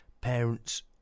parents